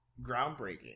groundbreaking